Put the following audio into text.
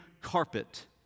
carpet